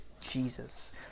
jesus